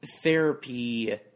therapy